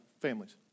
families